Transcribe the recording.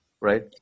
Right